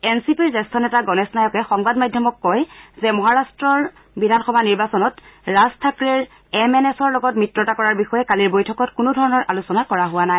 N C পিৰ জ্যেষ্ঠ নেতা গনেশ নায়কে সংবাদ মাধ্যমক কয় যে মহাৰাট্টৰ বিধানসভা নিৰ্বাচনত ৰাজ থাকৰেৰ এম এন এছৰ লগত মিত্ৰতা কৰাৰ বিষয়ে কালিৰ বৈঠকত কোনোধৰণৰ আলোচনা কৰা হোৱা নাই